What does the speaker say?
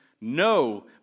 No